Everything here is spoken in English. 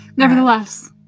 Nevertheless